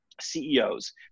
CEOs